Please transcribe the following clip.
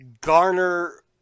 garner